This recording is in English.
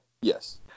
Yes